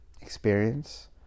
experience